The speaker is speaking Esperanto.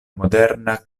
moderna